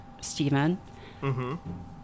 Stephen